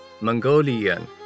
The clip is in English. Mongolian